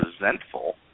resentful